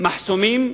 "מחסומים,